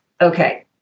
okay